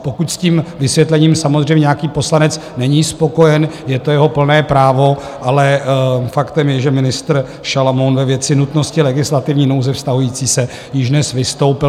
Pokud s tím vysvětlením samozřejmě nějaký poslanec není spokojen, je to jeho plné právo, ale faktem je, že ministr Šalamoun ve věci nutnosti legislativní nouze vztahující se již dnes vystoupil.